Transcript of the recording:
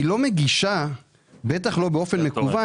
היא לא מגישה בטח לא באופן מקוון,